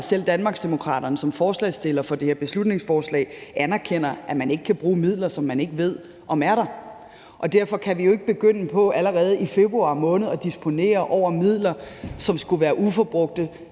selv Danmarksdemokraterne som forslagsstiller for det her beslutningsforslag anerkender, at man ikke kan bruge midler, som man ikke ved om er der. Derfor kan vi ikke begynde allerede i februar måned at disponere over midler, som skulle være uforbrugte,